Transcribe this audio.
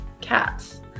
cats